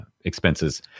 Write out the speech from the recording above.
expenses